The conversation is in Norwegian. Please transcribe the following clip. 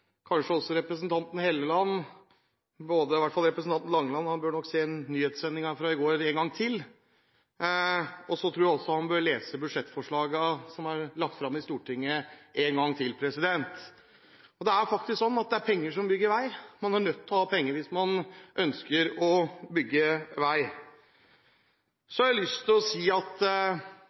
kanskje representanten Langeland og kanskje også representanten Hofstad Helleland – i hvert fall representanten Langeland – burde se nyhetssendingen fra i går en gang til, og jeg tror også at Langeland burde lese budsjettforslagene som er lagt fram i Stortinget, en gang til. Det er faktisk sånn at det er penger som bygger vei. Man er nødt til å ha penger hvis man ønsker å bygge vei. Så har jeg lyst til å si